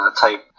type